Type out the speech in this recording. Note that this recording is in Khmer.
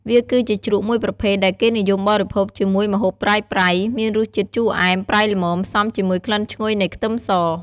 វាគឺជាជ្រក់មួយប្រភេទដែលគេនិយមបរិភោគជាមួយម្ហូបប្រៃៗ មានរសជាតិជូរអែម ប្រៃ ល្មម ផ្សំជាមួយក្លិនឈ្ងុយនៃខ្ទឹមស។